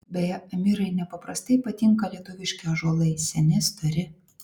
beje amirai nepaprastai patinka lietuviški ąžuolai seni stori